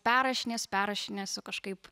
perrašinėsiu perrašinėsiu kažkaip